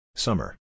Summer